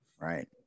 right